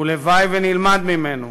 ולוואי שנלמד ממנו.